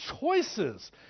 choices